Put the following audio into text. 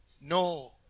No